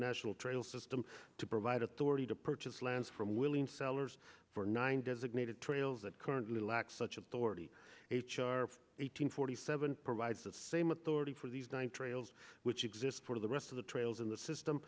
national trail system to provide authority to purchase land from willing sellers for nine designated trails that currently lack such authority h r eight hundred forty seven provides the same authority for these nine trails which exist for the rest of the trails in the system